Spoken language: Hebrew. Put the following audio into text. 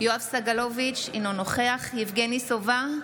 יואב סגלוביץ' אינו נוכח יבגני סובה,